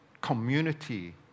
community